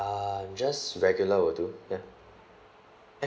uh just regular will do ya